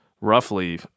roughly